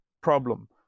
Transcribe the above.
problem